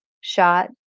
shot